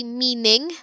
meaning